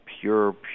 pure